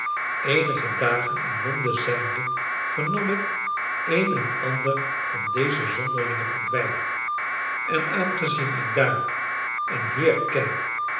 eenige dagen in london zijnde vernam ik een en ander van deze zonderlinge verdwijning en aangezien ik daar een heer ken